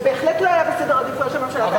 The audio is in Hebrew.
זה בהחלט לא היה בסדר העדיפויות של הממשלה.